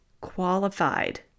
qualified